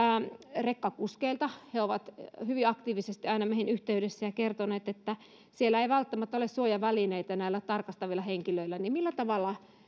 rekkakuskeilta he ovat hyvin aktiivisesti aina meihin yhteydessä ja ovat kertoneet että siellä ei välttämättä ole suojavälineitä näillä tarkastavilla henkilöillä millä tavalla